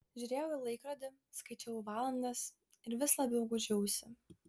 žiūrėjau į laikrodį skaičiavau valandas ir vis labiau gūžiausi